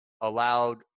allowed